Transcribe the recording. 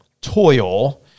toil